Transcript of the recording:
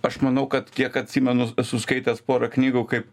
aš manau kad kiek atsimenu esu skaitęs porą knygų kaip